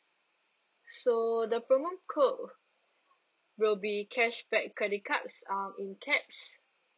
so the promo will be cashback credit cards um in caps